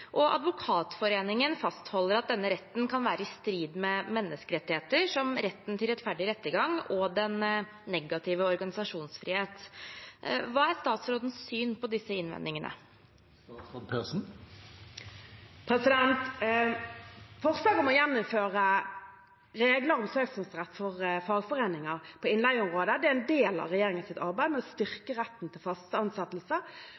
og Advokatforeningen fastholder at denne retten kan være i strid med menneskerettigheter, som retten til rettferdig rettergang og den negative organisasjonsfrihet. Hva er statsrådens syn på disse innvendingene? Forslaget om å gjeninnføre regler om søksmålsrett for fagforeninger på innleieområdet er en del av regjeringens arbeid med å